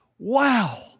Wow